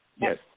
Yes